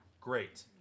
Great